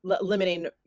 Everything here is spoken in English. limiting